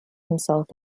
himself